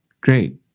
Great